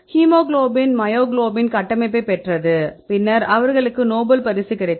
haemoglobin myoglobin கட்டமைப்பைப் பெற்றது பின்னர் அவர்களுக்கு நோபல் பரிசு கிடைத்தது